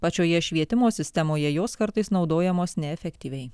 pačioje švietimo sistemoje jos kartais naudojamos neefektyviai